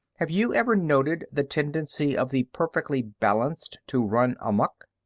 have you ever noted the tendency of the perfectly balanced to run amuck?